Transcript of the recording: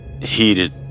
heated